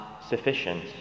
sufficient